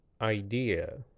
idea